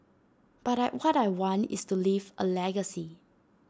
but I what I want is to leave A legacy